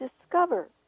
discover